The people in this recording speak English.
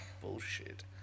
bullshit